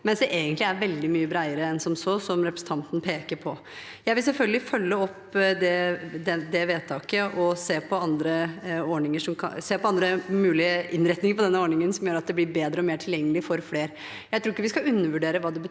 mens det egentlig er veldig mye bredere enn som så, som representanten Øvstegård peker på. Jeg vil selvfølgelig følge opp dette vedtaket og se på andre mulige innretninger på denne ordningen som gjør at den blir bedre og mer tilgjengelig for flere. Jeg tror ikke vi skal undervurdere hva det betyr